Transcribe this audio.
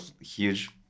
huge